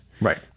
Right